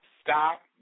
stop